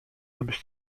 żebyś